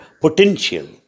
potential